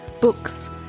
books